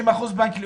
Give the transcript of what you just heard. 30% בנק לאומי,